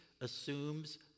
assumes